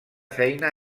feina